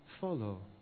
follow